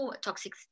toxic